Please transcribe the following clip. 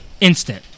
Instant